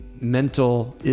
mental